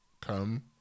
come